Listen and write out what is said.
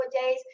days